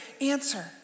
answer